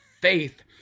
faith